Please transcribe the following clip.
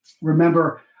Remember